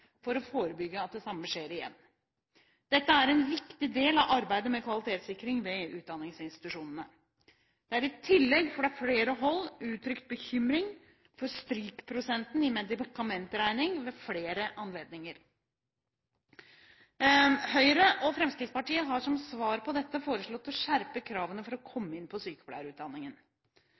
for å forebygge at det samme skjer igjen. Dette er en viktig del av arbeidet med kvalitetssikring ved utdanningsinstitusjonene. Det er i tillegg fra flere hold uttrykt bekymring for strykprosenten i medikamentregning ved flere anledninger. Høyre og Fremskrittspartiet har som svar på dette foreslått å skjerpe kravene for å komme inn på sykepleierutdanningen.